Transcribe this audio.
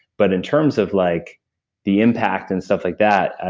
but in terms of like the impact and stuff like that, ah